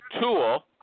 tool